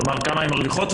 כלומר כמה הן מרוויחות,